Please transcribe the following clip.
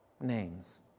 names